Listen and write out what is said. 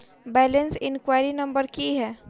Balance enquiry number की है?